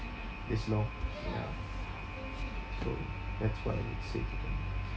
this long yeah so that's what I would say to them